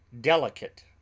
Delicate